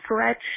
stretch